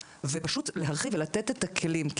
מרכזי הגנה ופשוט להרחיב ולתת את הכלים.